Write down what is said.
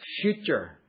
future